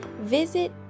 visit